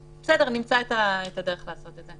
בסדר, נמצא את הדרך לעשות את זה.